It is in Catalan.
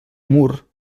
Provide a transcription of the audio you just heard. mur